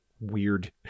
weird